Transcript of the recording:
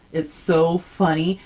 it's so funny!